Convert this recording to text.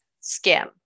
skim